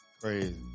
Crazy